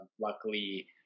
luckily